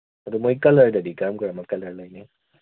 ꯑꯗꯨ ꯃꯣꯏ ꯀꯂꯔꯗꯗꯤ ꯀꯔꯝ ꯀꯔꯝꯕ ꯀꯂꯔ ꯂꯩꯅꯤ